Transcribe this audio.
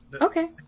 Okay